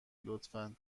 لطفا